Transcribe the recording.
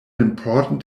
important